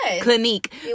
Clinique